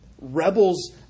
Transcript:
Rebels